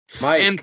Mike